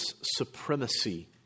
supremacy